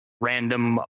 random